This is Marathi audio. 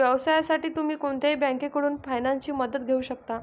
व्यवसायासाठी तुम्ही कोणत्याही बँकेकडून फायनान्सची मदत घेऊ शकता